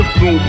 no